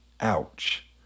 Ouch